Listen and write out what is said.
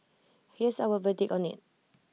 here's our verdict on IT